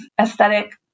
aesthetic